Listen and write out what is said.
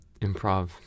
improv